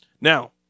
Now